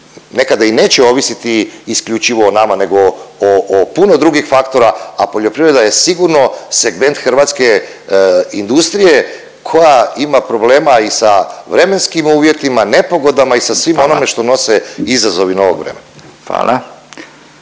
nekada i neće ovisiti isključivo o nama nego o, o puno drugih faktora, a poljoprivreda je sigurno segment hrvatske industrije koja ima problema i sa vremenskim uvjetima, nepogodama i sa svim onim što nose izazovi novog vremena.